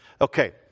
Okay